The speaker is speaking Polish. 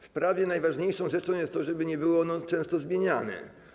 W prawie najważniejszą rzeczą jest to, żeby nie było często zmieniane.